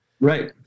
Right